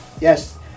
yes